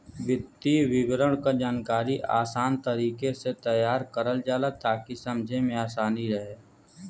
वित्तीय विवरण क जानकारी आसान तरीके से तैयार करल जाला ताकि समझे में आसानी रहे